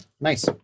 nice